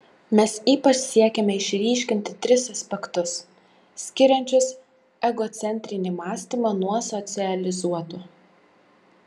mes ypač siekėme išryškinti tris aspektus skiriančius egocentrinį mąstymą nuo socializuoto